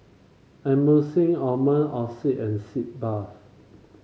Emulsying Ointment Oxy and Sitz Bath